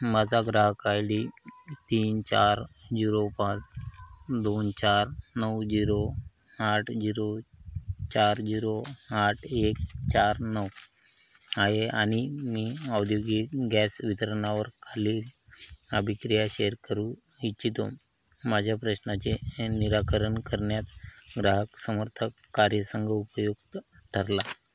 माझा ग्राहक I D तीन चार झिरो पाच दोन चार नऊ जिरो आठ झिरो चार झिरो आठ एक चार नऊ आहे आणि मी औद्योगिक गॅस वितरणावर खाली अभिक्रिया शेर करू इच्छितो माझ्या प्रश्नाचे निराकरण करण्यात ग्राहक समर्थक कार्यसंघ उपयुक्त ठरला